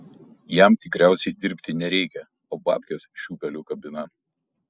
jam tikriausiai dirbti nereikia o babkes šiūpeliu kabina